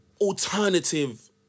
alternative